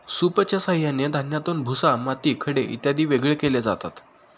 सूपच्या साहाय्याने धान्यातून भुसा, माती, खडे इत्यादी वेगळे केले जातात